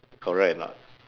correct or not